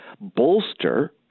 bolster